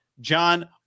John